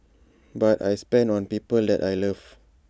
but I spend on people that I love